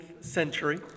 century